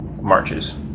Marches